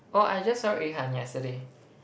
oh I just saw Yu-Han yesterday